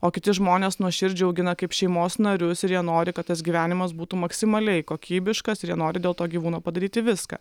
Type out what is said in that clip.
o kiti žmonės nuoširdžiai augina kaip šeimos narius ir jie nori kad tas gyvenimas būtų maksimaliai kokybiškas ir jie nori dėl to gyvūno padaryti viską